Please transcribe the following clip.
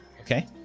Okay